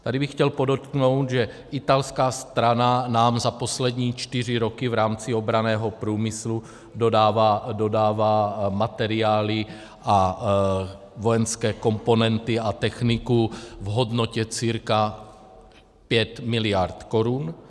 Tady bych chtěl podotknout, že italská strana nám za poslední čtyři roky v rámci obranného průmyslu dodává materiály a vojenské komponenty a techniku v hodnotě cca 5 mld. korun.